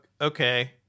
Okay